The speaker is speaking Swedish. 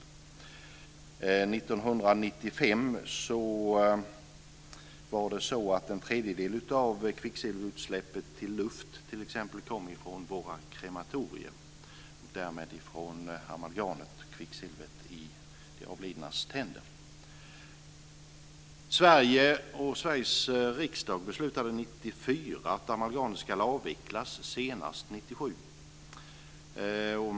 År 1995 kom en tredjedel av utsläppen till luft t.ex. från våra krematorier och därmed från kvicksilvret i amalgamet i de avlidnas tänder. Sveriges riksdag beslutade 1994 att amalgamet skulle avvecklas senast 1997.